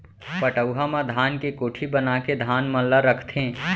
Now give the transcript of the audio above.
पटउहां म धान के कोठी बनाके धान मन ल रखथें